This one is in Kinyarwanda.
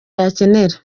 yakenera